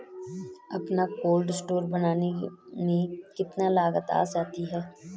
अपना cold store बनाने में कितनी लागत आ जाती है?